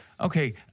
Okay